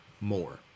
more